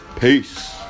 Peace